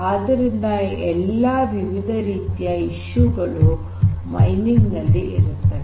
ಆದ್ದರಿಂದ ಈ ಎಲ್ಲಾ ವಿವಿಧ ರೀತಿಯ ಸಮಸ್ಯೆಗಳು ಮೈನಿಂಗ್ ನಲ್ಲಿ ಇರುತ್ತವೆ